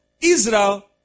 Israel